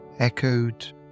echoed